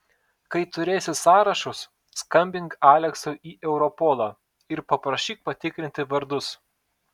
kai turėsi sąrašus skambink aleksui į europolą ir paprašyk patikrinti vardus